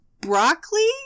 broccoli